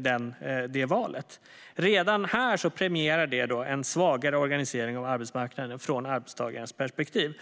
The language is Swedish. på det valet. Redan här premierar det en svagare organisering av arbetsmarknaden från arbetstagarnas perspektiv.